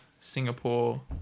Singapore